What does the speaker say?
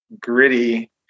gritty